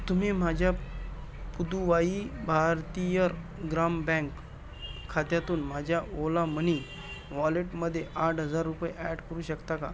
तुम्ही माझ्या पुदुवाई भारतीयर ग्राम बँक खात्यातून माझ्या ओला मनी वॉलेटमध्ये आठ हजार रुपये ॲट करू शकता का